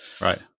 Right